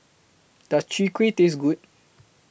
Does Chwee Kueh Taste Good